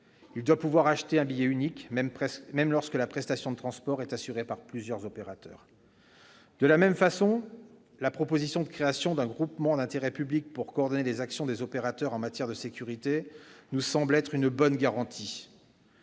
Il doit pouvoir acheter un billet unique même lorsque la prestation de transport est assurée par plusieurs opérateurs. De la même façon, la proposition de création d'un groupement d'intérêt public pour coordonner les actions des opérateurs en matière de sécurité nous semble être une bonne garantie.